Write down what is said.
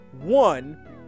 one